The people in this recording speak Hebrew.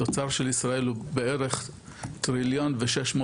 התוצר של ישראל הוא בערך 1.600 טריליון,